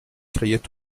criait